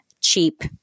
cheap